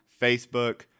facebook